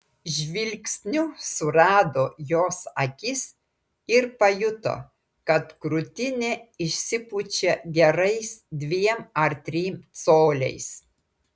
žvilgsniu surado jos akis ir pajuto kad krūtinė išsipučia gerais dviem ar trim coliais